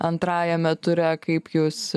antrajame ture kaip jūs